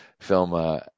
film